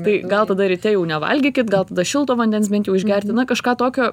tai gal tada ryte jau nevalgykit gal tada šilto vandens bent jau išgerti na kažką tokio